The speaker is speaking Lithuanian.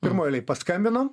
pirmoj eilėj paskambinom